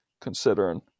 considering